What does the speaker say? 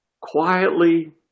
quietly